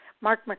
Mark